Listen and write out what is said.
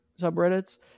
subreddits